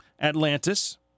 Atlantis